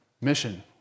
Mission